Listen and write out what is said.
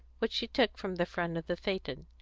which she took from the front of the phaeton.